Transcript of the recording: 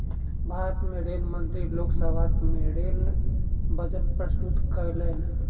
भारत के रेल मंत्री लोक सभा में रेल बजट प्रस्तुत कयलैन